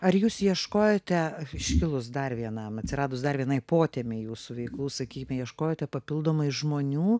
ar jūs ieškojote iškilus dar vienam atsiradus dar vienai potemei jūsų veiklų sakykime ieškojote papildomai žmonių